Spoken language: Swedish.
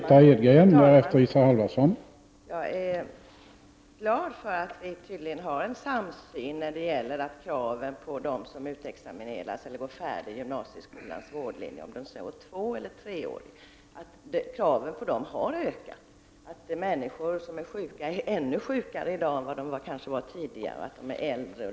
Herr talman! Jag är glad att vi tycks ha en samsyn när det gäller krav på dem som går ut gymnasieskolans vårdlinje, tvåeller treårig: kraven på dem har ökat. Människor är sjukare än de har varit tidigare, och de är äldre.